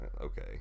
Okay